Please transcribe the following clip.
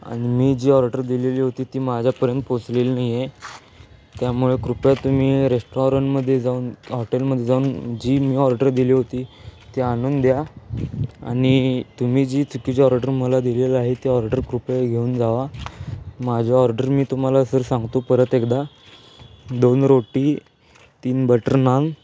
आणि मी जी ऑर्डर दिलेली होती ती माझ्यापर्यंत पोचलेली नाही आहे त्यामुळे कृपया तुम्ही रेस्टॉरंटमध्ये जाऊन हॉटेलमध्ये जाऊन जी मी ऑर्डर दिली होती ती आणून द्या आणि तुम्ही जी चुकीची ऑर्डर मला दिलेला आहे ती ऑर्डर कृपया घेऊन जावा माझी ऑर्डर मी तुम्हाला सर सांगतो परत एकदा दोन रोटी तीन बटर नान